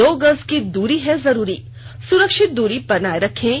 दो गज की दूरी है जरूरी सुरक्षित दूरी बनाए रखें